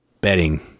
betting